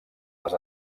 les